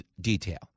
detail